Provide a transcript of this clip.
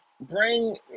bring